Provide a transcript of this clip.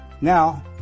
Now